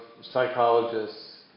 psychologists